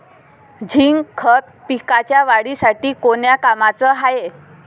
Zinc खत पिकाच्या वाढीसाठी कोन्या कामाचं हाये?